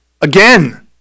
again